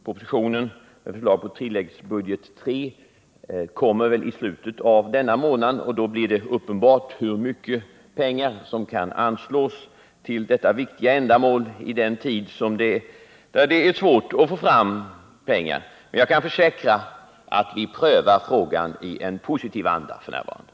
Propositionen med förslag till tilläggsbudget III kommer i slutet av denna månad, och då blir det uppenbart hur mycket pengar som kan anslås till detta viktiga ändamåli en tid då det är svårt att få fram pengar. Jag kan försäkra att vi f.n. prövar frågan i positiv anda.